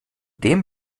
dem